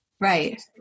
right